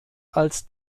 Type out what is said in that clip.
als